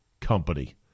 company